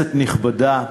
כנסת נכבדה,